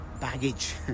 baggage